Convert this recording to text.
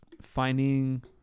Finding